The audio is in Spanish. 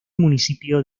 municipio